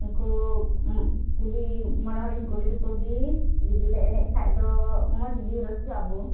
ᱩᱱᱠᱩ ᱠᱩᱞᱤ ᱢᱚᱬᱮ ᱦᱚᱲᱤᱧ ᱠᱩᱞᱤ ᱞᱮᱠᱚ ᱜᱮ ᱡᱩᱫᱤᱞᱮ ᱮᱱᱮᱡ ᱠᱷᱟᱱ ᱫᱚ ᱢᱚᱡᱽ ᱜᱮ ᱨᱟᱹᱥᱠᱟᱹᱜ ᱟᱵᱚᱱ